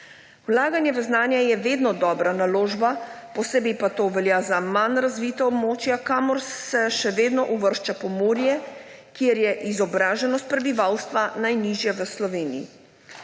Vlaganje v znanje je vedno dobra naložba, posebej pa to velja za manj razvita območja, kamor se še vedno uvršča Pomurje, kjer je izobraženost prebivalstva najnižja v Sloveniji.